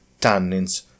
tannins